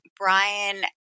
Brian